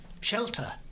Shelter